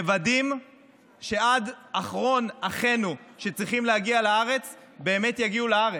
מוודאים שעד אחרון מאחינו שצריכים להגיע לארץ באמת יגיע לארץ.